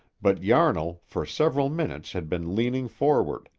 but yarnall for several minutes had been leaning forward,